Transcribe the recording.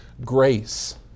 grace